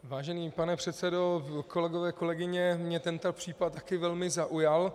Vážený pane předsedo, kolegové, kolegyně, mě tento případ taky velmi zaujal.